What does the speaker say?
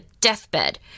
deathbed